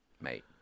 Mate